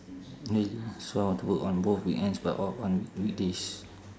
really so I want to work on both weekends but off on weekdays